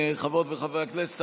חברות וחברי הכנסת,